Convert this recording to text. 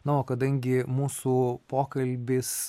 na o kadangi mūsų pokalbis